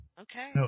Okay